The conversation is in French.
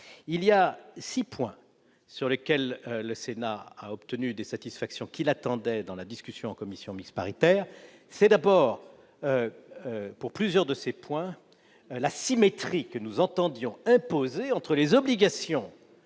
Il est six points sur lesquels le Sénat a obtenu satisfaction dans la discussion en commission mixte paritaire. Il s'agit d'abord, pour plusieurs de ces points, de la symétrie que nous entendions imposer entre les obligations